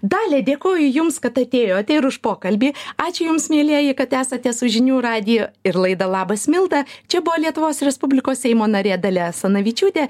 dalia dėkoju jums kad atėjote ir už pokalbį ačiū jums mielieji kad esate su žinių radiju ir laida labas milda čia buvo lietuvos respublikos seimo narė dalia asanavičiūtė